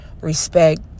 respect